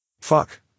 Fuck